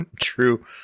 True